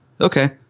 Okay